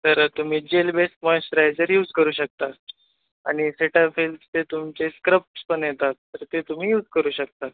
तर तुम्ही gel base moisturiser use करू शकता आणि सेटाफिलचे तुमचे स्क्रब्स पण येतात तर ते तुम्ही यूज करू शकता